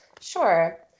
sure